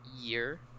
year